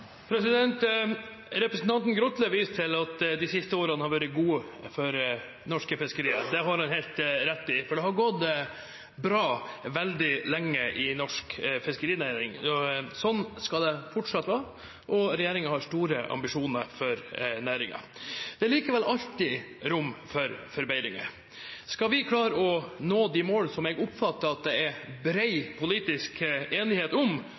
Representanten Grotle viser til at de siste årene har vært gode for norske fiskerier. Det har han helt rett i, for det har gått bra veldig lenge i norsk fiskerinæring. Slik skal det fortsatt være, og regjeringen har store ambisjoner for næringen. Det er likevel alltid rom for forbedringer. Skal vi klare å nå de mål som jeg oppfatter at det er bred politisk enighet om,